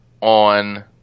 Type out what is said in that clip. on